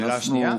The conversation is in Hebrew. שאלה שנייה?